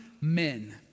men